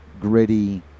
gritty